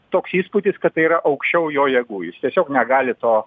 toks įspūdis kad tai yra aukščiau jo jėgų jis tiesiog negali to